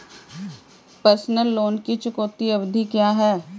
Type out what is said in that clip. Personal loan की चुकौती अवधि क्या है?